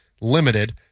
limited